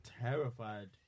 terrified